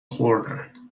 خوردن